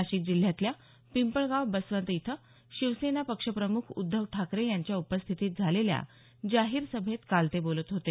नशिक जिल्ह्यातल्या पिंपळगाव बसवंत इथं शिवसेना पक्ष प्रमुख उद्धव ठाकरे यांच्या उपस्थितीत झालेल्या जाहीर सभेत काल ते बोलत होते